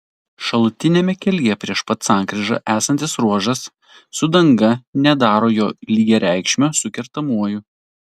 šalutiniame kelyje prieš pat sankryžą esantis ruožas su danga nedaro jo lygiareikšmio su kertamuoju